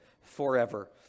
forever